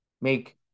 make